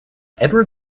edward